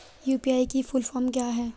UPI की full form क्या है?